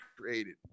created